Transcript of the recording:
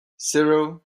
zero